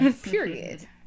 Period